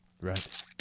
Right